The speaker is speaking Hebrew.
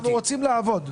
אנחנו רוצים לעבוד.